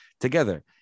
together